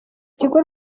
tigo